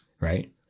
right